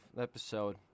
episode